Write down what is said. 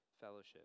fellowship